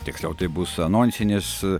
tiksliau tai bus anonsinis